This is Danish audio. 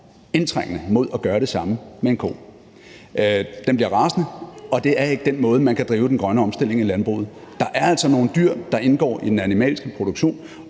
indtrængende mod at gøre det samme med en ko. Den bliver rasende, og det er ikke den måde, man kan drive den grønne omstilling i landbruget på, og det mener vi man skal tage